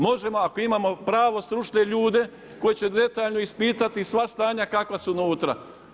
Možemo ako imamo pravo, stručne ljude, koji će detaljno ispitati sva stanja kakva su unutra.